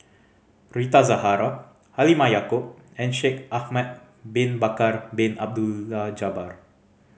Rita Zahara Halimah Yacob and Shaikh Ahmad Bin Bakar Bin Abdullah Jabbar